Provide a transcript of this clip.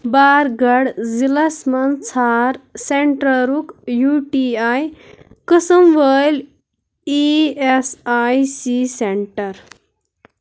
بار گَڑھ ضِلعس منٛز ژھار سینٛٹَرُک یوٗ ٹی آئی قٕسٕم وٲلۍ E S I C centre